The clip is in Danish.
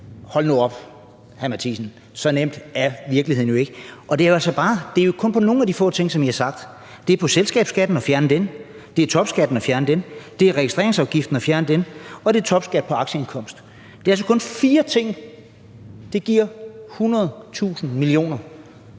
Hold nu op, hr. Lars Boje Mathiesen, så nem er virkeligheden jo ikke, og det er jo altså kun på nogle af de få ting, som I har sagt. Det er selskabsskatten og at fjerne den, det er topskatten og at fjerne den, det er registreringsafgiften og at fjerne den, og det er topskatten på aktieindkomst. Det er altså kun fire ting, og det giver 100.000 mio.